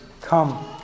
come